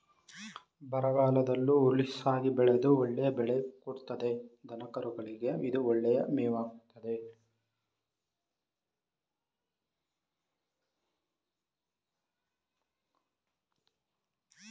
ಬರಗಾಲದಲ್ಲೂ ಹುಲುಸಾಗಿ ಬೆಳೆದು ಒಳ್ಳೆಯ ಬೆಳೆ ಕೊಡ್ತದೆ ದನಕರುಗೆ ಇದು ಒಳ್ಳೆಯ ಮೇವಾಗಾಯ್ತೆ